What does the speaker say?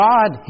God